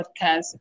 podcast